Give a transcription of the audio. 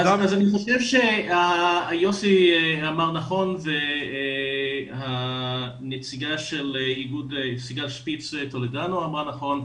אני חושב שיוסי אמר נכון וסיגל טולדנו אמרה נכון.